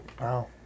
Wow